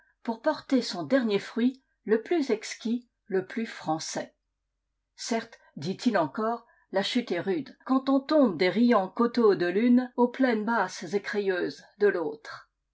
pour porter son dernier fruit le plus exquis le plus français certes dit-il encore la chute est rude quand on tombe des riants coteaux de l'une aux plaines basses et crayeuses de l'autre